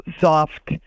soft